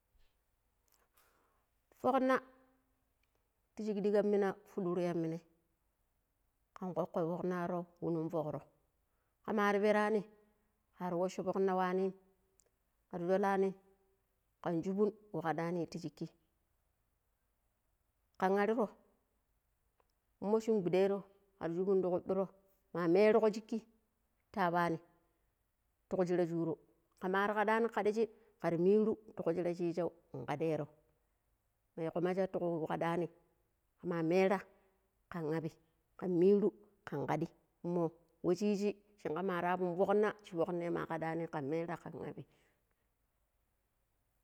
﻿foƙna to shig ɗigan mina fuɗu ruyaninai kan ƙoƙo foknari wu num fukro kamar pera ni kar washoofoƙna wanim kar sholani kan shuɓom wa kadani ti shiki kan əriro mo shin giɗero kan shuɓi ti kuɓiro ma merigo shiki ta abba ni ti ku shira shuro kamar kaɗani kadiji kar miru ti ku shira chig̱au kaɗero ma yig̱ maja to wu kaɗani kama mera kan aɓɓi kan miru kan ƙadi umo wa shiyiji shing̱a ma aɓɓon foƙna shi foƙna man ƙaɗɗani kan mera kan abbi